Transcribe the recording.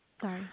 Sorry